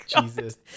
Jesus